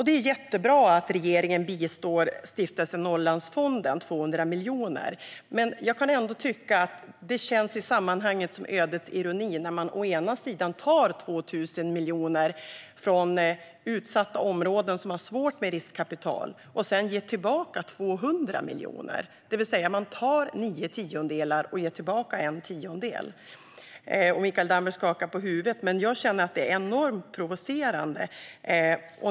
Det är jättebra att regeringen bistår Stiftelsen Norrlandsfonden med 200 miljoner, men jag kan ändå tycka att det i sammanhanget känns som ödets ironi - man tar 2 000 miljoner från utsatta områden som har svårt med riskkapital och ger sedan tillbaka 200 miljoner. Man tar nio tiondelar och ger tillbaka en tiondel. Mikael Damberg skakar på huvudet, men jag känner att detta är enormt provocerande.